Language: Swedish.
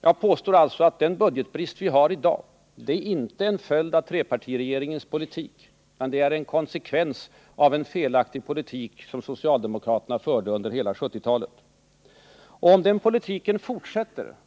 Jag påstår alltså att den budgetbrist vi har i dag inte är en följd av trepartiregeringens politik utan en konsekvens av en felaktig politik som socialdemokraterna förde under hela 1970-talet.